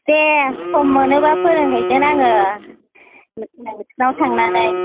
दे सम मोनोबा फोरोंहैगोन आङो नोंसोरनाव थांनानै